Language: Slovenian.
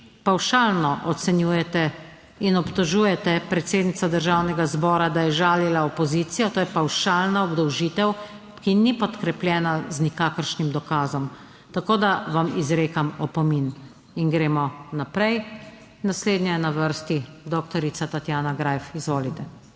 pavšalno ocenjujete in obtožujete predsednica Državnega zbora, da je žalila opozicijo. To je pavšalna obdolžitev, ki ni podkrepljena z nikakršnim dokazom, tako da vam izrekam opomin in gremo naprej. Naslednja je na vrsti doktorica Tatjana Graf, izvolite.